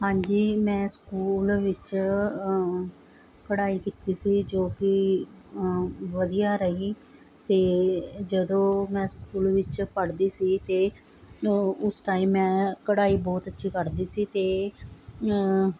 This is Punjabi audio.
ਹਾਂਜੀ ਮੈਂ ਸਕੂਲ ਵਿੱਚ ਪੜ੍ਹਾਈ ਕੀਤੀ ਸੀ ਜੋ ਕਿ ਵਧੀਆ ਰਹੀ ਅਤੇ ਜਦੋਂ ਮੈਂ ਸਕੂਲ ਵਿੱਚ ਪੜ੍ਹਦੀ ਸੀ ਅਤੇ ਉਸ ਟਾਈਮ ਮੈਂ ਕਢਾਈ ਬਹੁਤ ਅੱਛੀ ਕੱਢਦੀ ਸੀ ਅਤੇ